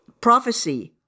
Prophecy